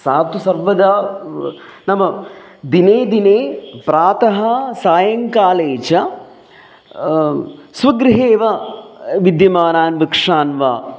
सा तु सर्वदा नाम दिने दिने प्रातः सायङ्काले च स्वगृहे एव विद्यमानान् वृक्षान् वा